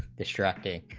distracted,